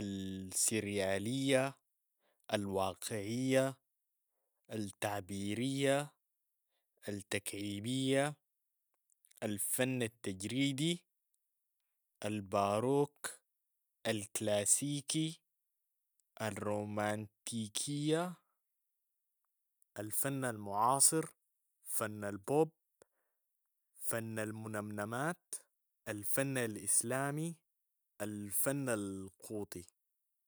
السريالية، الواقعية، التعبيرية، التكعيبية، الفن التجريدي، الباروك، الكلاسيكي، الرومانتيكية، الفن المعاصر، فن البوب، فن المنمنمات، الفن الإسلامي، الفن القوطي.